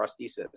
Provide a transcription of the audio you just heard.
prosthesis